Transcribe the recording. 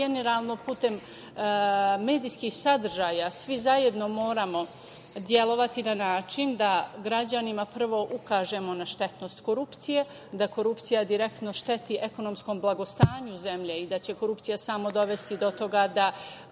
generalno, putem medijskih sadržaja svi zajedno moramo delovati na način da građanima prvo ukažemo na štetnost korupcije, da korupcija direktno šteti ekonomskom blagostanju zemlje i da će korupcija samo dovesti do toga da